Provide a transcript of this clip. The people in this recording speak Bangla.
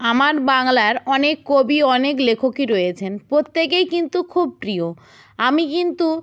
আমার বাংলার অনেক কবি অনেক লেখকই রয়েছেন প্রত্যেকেই কিন্তু খুব প্রিয় আমি কিন্তু